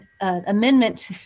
amendment